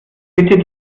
bitte